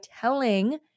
telling